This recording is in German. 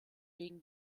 wegen